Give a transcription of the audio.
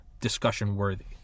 discussion-worthy